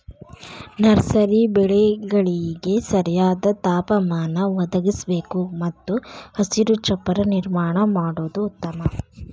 nursery ಬೆಳೆಗಳಿಗೆ ಸರಿಯಾದ ತಾಪಮಾನ ಒದಗಿಸಬೇಕು ಮತ್ತು ಹಸಿರು ಚಪ್ಪರ ನಿರ್ಮಾಣ ಮಾಡುದು ಉತ್ತಮ